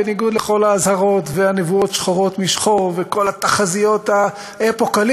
בניגוד לכל האזהרות והנבואות השחורות משחור וכל התחזיות האפוקליפטיות,